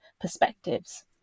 perspectives